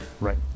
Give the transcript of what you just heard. Right